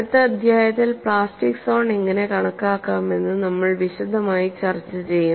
അടുത്ത അധ്യായത്തിൽ plastic zone എങ്ങനെ കണക്കാക്കാമെന്ന് നമ്മൾ വിശദമായി ചർച്ച ചെയ്യും